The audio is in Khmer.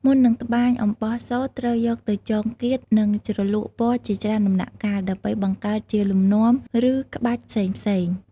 មុននឹងត្បាញ អំបោះសូត្រត្រូវយកទៅចងគាត និងជ្រលក់ពណ៌ជាច្រើនដំណាក់កាល ដើម្បីបង្កើតជាលំនាំ ឬក្បាច់ផ្សេងៗ។